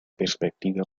perspectiva